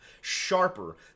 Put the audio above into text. sharper